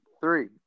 three